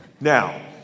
Now